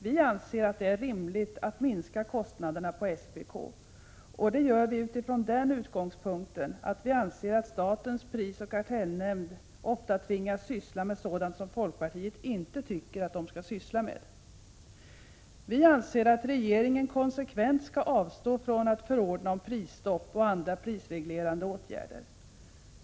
Vi anser att det är rimligt att minska kostnaderna på SPK, och det gör vi utifrån den utgångspunkten att vi anser att statens prisoch kartellnämnd ofta tvingas syssla med sådant som folkpartiet inte tycker att SPK skall syssla med. Vi anser att regeringen konsekvent skall avstå från att förordna om prisstopp och andra prisreglerande åtgärder.